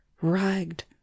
ragged